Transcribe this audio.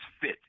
fit